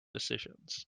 decisions